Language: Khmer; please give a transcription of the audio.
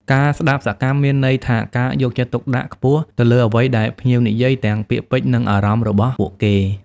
ការស្តាប់សកម្មមានន័យថាការយកចិត្តទុកដាក់ខ្ពស់ទៅលើអ្វីដែលភ្ញៀវនិយាយ ទាំងពាក្យពេចន៍ និងអារម្មណ៍របស់ពួកគេ។